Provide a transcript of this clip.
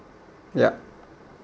yup